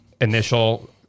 initial